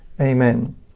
Amen